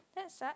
that suck